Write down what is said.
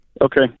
Okay